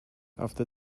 after